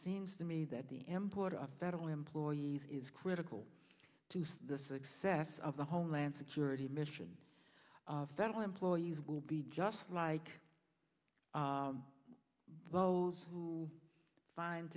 seems to me that the import of federal employees is critical to the success of the homeland security mission federal employees will be just like those who find